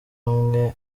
umwe